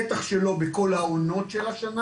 בטח שלא בכל העונות של השנה.